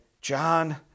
John